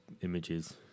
Images